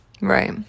Right